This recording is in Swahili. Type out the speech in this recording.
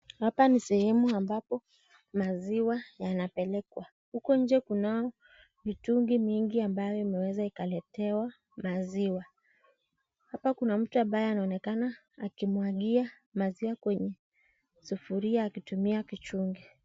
Hapa ni sehemu ambapo maziwa yanapelekwa. Huku nje kunao mitungi mingi ambayo imeweza ikaletewa maziwa. Hapa kuna mtu ambaye anaonekana akimwagia maziwa kwenye sufuria akitumia kichungi.